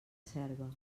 selva